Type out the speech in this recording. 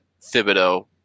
thibodeau